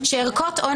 וישאל מה עם הערכה,